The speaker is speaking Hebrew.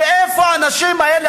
ואיפה האנשים האלה,